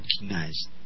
recognized